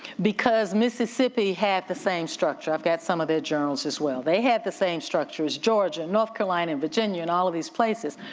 because mississippi had the same structure. i've got some of their journals as well. they had the same structure as georgia, north carolina and virginia and all of these places.